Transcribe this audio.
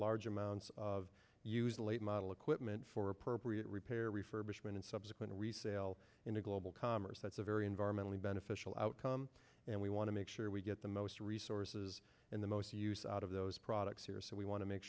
large amounts of used late model equipment for appropriate repair refurbishment and subsequent resale in a global commerce that's a very environmentally beneficial outcome and we want to make sure we get the most resources and the most use out of those products here so we want to make